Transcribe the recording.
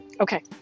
okay